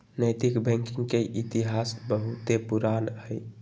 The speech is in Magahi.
नैतिक बैंकिंग के इतिहास बहुते पुरान हइ